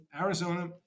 Arizona